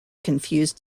confuse